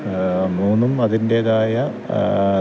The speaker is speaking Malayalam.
മൂന്നും അതിൻറ്റേതായ